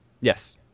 Yes